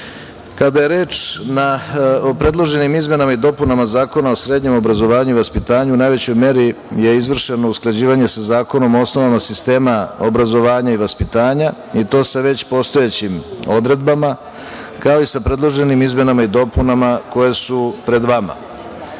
je reč o predloženim izmenama i dopunama Zakona o srednjem obrazovanju i vaspitanju, u najvećoj meri je izvršeno usklađivanje sa Zakonom o osnovama sistema obrazovanja i vaspitanja, i to sa već postojećim odredbama, kao i sa predloženim izmenama i dopunama koje su pred